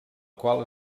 qual